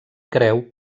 creu